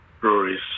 breweries